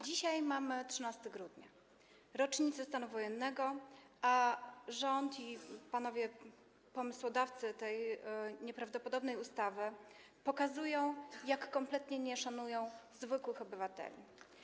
Dzisiaj mamy 13 grudnia, rocznicę stanu wojennego, a rząd i panowie pomysłodawcy tej nieprawdopodobnej ustawy pokazują, jak kompletnie nie szanują zwykłych obywateli.